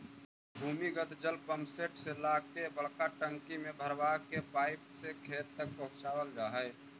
भूमिगत जल पम्पसेट से ला के बड़का टंकी में भरवा के पाइप से खेत तक पहुचवल जा हई